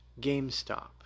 GameStop